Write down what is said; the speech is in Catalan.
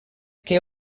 que